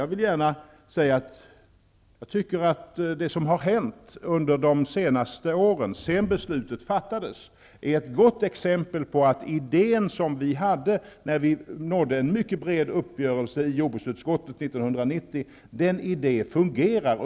Jag vill gärna säga att jag tycker att det som hänt under de senaste åren, sedan beslutet fattades, är ett gott exempel på att den idé som vi hade när vi nådde en mycket bred uppgörelse i jordbruksutskottet 1990 uppenbarligen fungerar.